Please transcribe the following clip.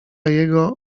jego